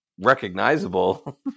recognizable